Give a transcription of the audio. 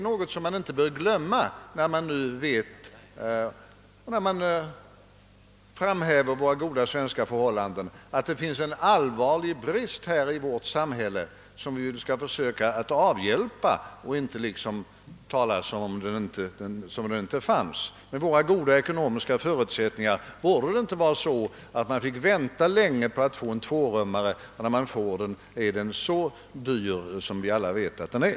När man framhäver våra goda svenska förhållanden bör man inte glömma att det finns allvarliga brister i vårt samhälle, som vi skall försöka avhjälpa i stället för att låtsas som om de inte fanns. Med våra goda ekonomiska förutsättningar borde man inte behöva vänta länge på att få en ny tvårummare, särskilt när den är så dyr som vi alla vet att den är.